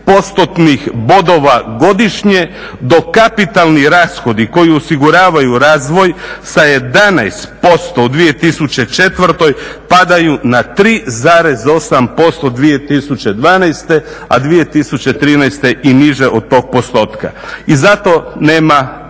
postotnih bodova godišnje, dok kapitalni rashodi koji osiguravaju razvoj sa 11% u 2014. padaju na 3,8% u 2012., a 2013. i niže od tog postotka. I zato nema